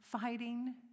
fighting